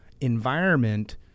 environment